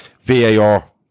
VAR